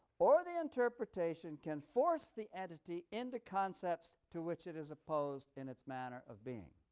or the interpretation can force the entity into concepts to which it is opposed in its manner of being.